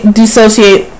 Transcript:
dissociate